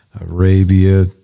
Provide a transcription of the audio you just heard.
Arabia